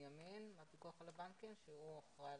בנימין מהפיקוח על הבנקים שהוא אחראי.